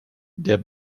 der